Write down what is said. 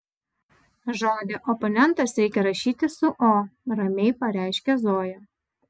žodį oponentas reikia rašyti su o ramiai pareiškė zoja